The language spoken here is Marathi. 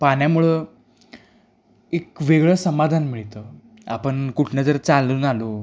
पाण्यामुळं एक वेगळं समाधान मिळतं आपण कुठनं जर चालून आलो